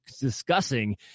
discussing